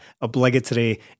obligatory